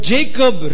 Jacob